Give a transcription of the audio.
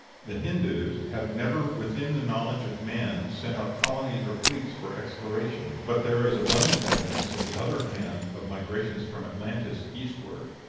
the hindoos have never within the knowledge of man sent out colonies or fleets for exploration but there is abundant evidence, on the other hand, of migrations from atlantis eastward.